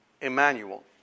Emmanuel